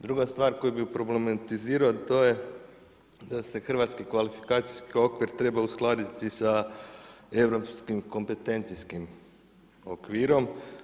Druga stvar koju bi problematizirao je to da se hrvatski kvalifikacijski okvir treba uskladiti sa europskim kompetencijskim okvirom.